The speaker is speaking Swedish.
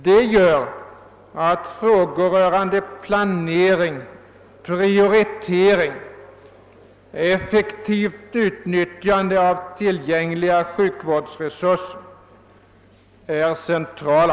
Det gör att frågor rörande planering, prioritering och effektivt utnyttjande av tillgängliga sjukvårdsresurser är centrala.